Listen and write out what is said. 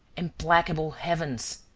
implacable heavens,